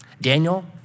Daniel